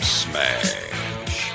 smash